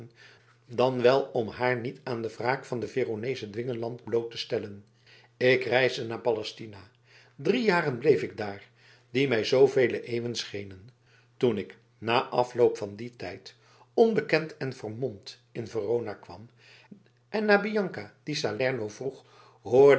dan wel om haar niet aan de wraak van den veroneeschen dwingeland bloot te stellen ik reisde naar palestina drie jaren bleef ik daar die mij zoovele eeuwen schenen toen ik na afloop van dien tijd onbekend en vermomd in verona kwam en naar bianca di salerno vroeg hoorde